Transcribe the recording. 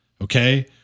Okay